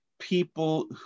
People